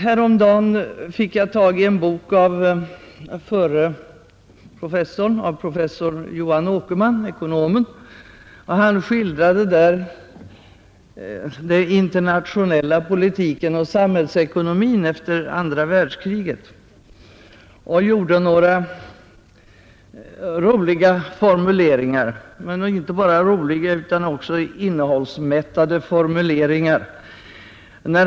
Häromdagen fick jag tag i en bok av professor Johan Åkerman — ekonomen. Han skildrar där den internationella politiken och sam hällsekonomin efter andra världskriget och gör några roliga och innehållsmättade formuleringar.